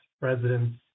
residents